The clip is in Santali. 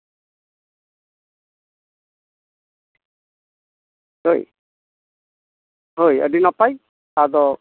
ᱦᱳᱭ ᱦᱳᱭ ᱟᱹᱰᱤ ᱱᱟᱯᱟᱭ ᱟᱫᱚ